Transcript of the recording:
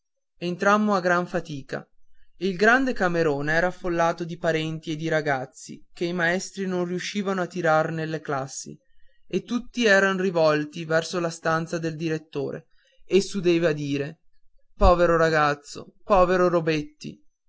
entrammo a gran fatica il grande camerone era affollato di parenti e di ragazzi che i maestri non riuscivano a tirar nelle classi e tutti eran rivolti verso la stanza del direttore e s'udiva dire povero ragazzo povero robetti